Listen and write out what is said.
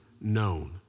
known